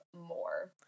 more